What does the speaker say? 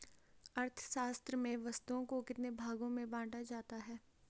अर्थशास्त्र में वस्तुओं को कितने भागों में बांटा जाता है?